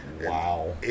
Wow